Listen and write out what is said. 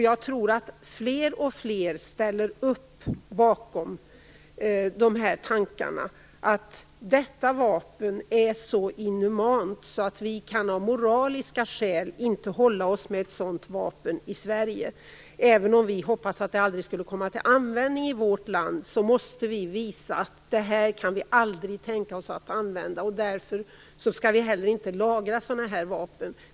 Jag tror att fler och fler ställer upp bakom de här tankarna. Detta vapen är så inhumant att vi av moraliska skäl inte kan hålla oss med ett sådant i Sverige. Även om vi hoppas att det aldrig skulle komma till användning i vårt land, måste vi visa att vi aldrig kan tänka oss att använda detta, och därför skall vi heller inte lagra sådana här vapen.